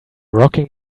rocking